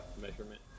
measurement